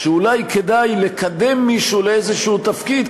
שאולי כדאי לקדם מישהו לאיזשהו תפקיד,